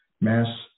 mass